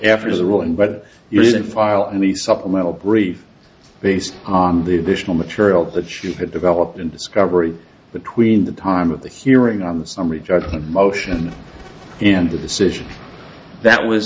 after the ruling but you didn't file any supplemental brief based on the additional material that you had developed in discovering between the time of the hearing on the summary judgment motion and the decision that was